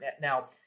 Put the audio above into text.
Now